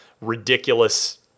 ridiculous